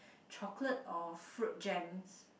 chocolate or fruit jams